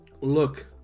Look